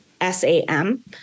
s-a-m